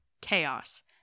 Chaos